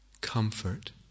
comfort